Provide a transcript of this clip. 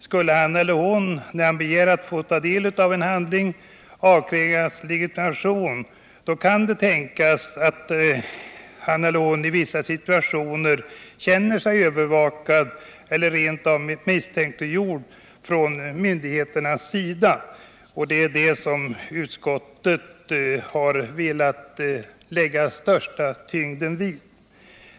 Skulle han, när han begär att få ta del av en handling, avkrävas legitimation, kan det tänkas att han i vissa situationer skulle känna sig övervakad eller rent av misstänkliggjord av myndigheterna, och det är detta som utskottet har velat lägga den största tyngden vid.